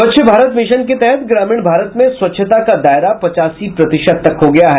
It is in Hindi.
स्वच्छ भारत मिशन के तहत ग्रामीण भारत में स्वच्छता का दायरा पचासी प्रतिशत तक हो गया है